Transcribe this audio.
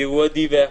כי הוא גם עיוור,